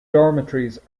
dormitories